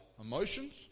emotions